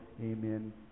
Amen